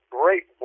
great